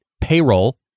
payroll